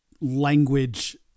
language